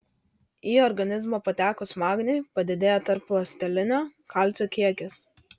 į organizmą patekus magniui padidėja tarpląstelinio kalcio kiekis